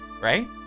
right